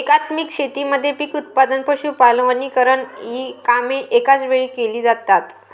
एकात्मिक शेतीमध्ये पीक उत्पादन, पशुपालन, वनीकरण इ कामे एकाच वेळी केली जातात